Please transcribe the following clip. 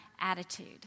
attitude